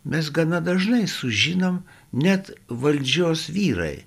mes gana dažnai sužinom net valdžios vyrai